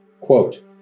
quote